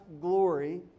glory